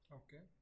okay